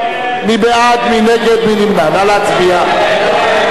ההצעה להסיר מסדר-היום